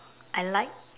I like